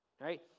right